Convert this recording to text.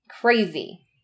Crazy